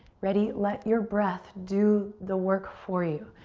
ready? let your breath do the work for you.